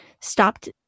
stopped